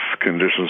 conditions